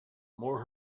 more